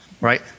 right